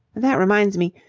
that reminds me.